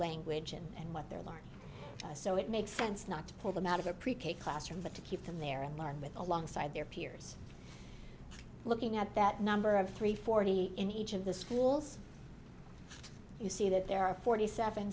language and what they're learning so it makes sense not to pull them out of a pre k classroom but to keep them there and learn with alongside their peers looking at that number of three forty in each of the schools you see that there are forty seven